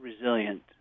resilient